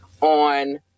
on